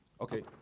Okay